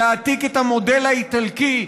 להעתיק את המודל האיטלקי,